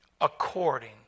According